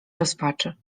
rozpaczy